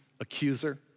accuser